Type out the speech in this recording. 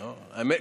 האמת,